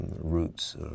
roots